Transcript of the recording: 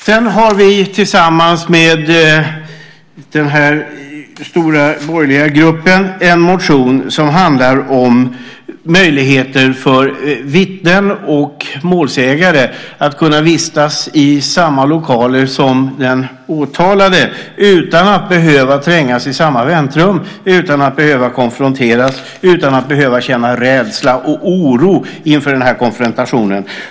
Vi har tillsammans med den stora borgerliga gruppen en reservation som handlar om möjligheter för vittnen och målsägare att vistas i samma lokaler som den åtalade utan att behöva trängas i samma väntrum, utan att behöva konfronteras, utan att behöva känna rädsla och oro inför konfrontationen.